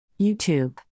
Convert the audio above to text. YouTube